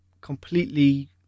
completely